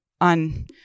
on